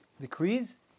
decrees